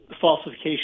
falsification